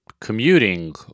commuting